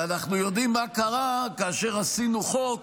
ואנחנו יודעים מה קרה כאשר עשינו חוק